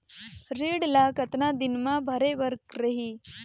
ऋण ला कतना दिन मा भरे बर रही?